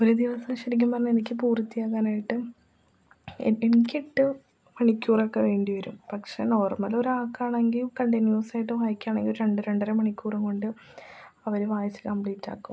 ഒരു ദിവസം ശരിക്കും പറഞ്ഞാൽ എനിക്ക് പൂർത്തിയാക്കാനായിട്ട് എട്ട് എനിക്കെട്ടു മണിക്കൂറൊക്കെ വേണ്ടി വരും പക്ഷെ നോർമ്മൽ ഒരാൾക്കാണെങ്കിൽ കണ്ടിന്യുവസ്സായിട്ട് വായിക്കുകയാണെങ്കിൽ രണ്ടു രണ്ടര മണിക്കൂർ കൊണ്ട് അവർ വായിച്ചു കമ്പ്ളീറ്റാക്കും